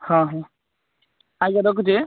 ହଁ ହଁ ଆଜ୍ଞା ରଖୁଛି